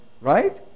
Right